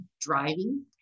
driving